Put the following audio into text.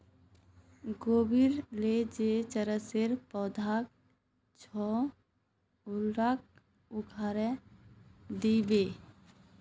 गोबीर ली जे चरसेर पौधा छ उटाक उखाड़इ दी बो